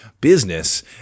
business